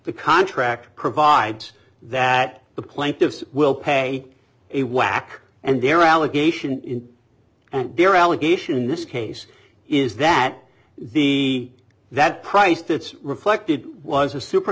the contract provides that the plaintiffs will pay a whack and they're allegation and bear allegation in this case is that the that price that's reflected was a super